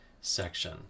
section